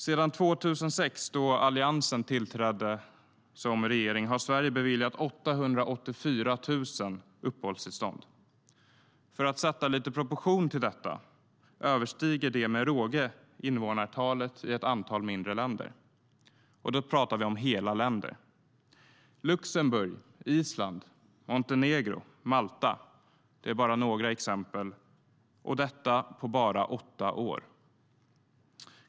Sedan 2006, då alliansregeringen tillträdde, har Sverige beviljat 884 000 uppehållstillstånd. För att ge detta lite proportioner överstiger det med råge invånarantalet i ett antal mindre länder. Då pratar vi om hela länder. Luxemburg, Island, Montenegro och Malta är några exempel - och detta på bara åtta år.